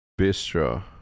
Bistro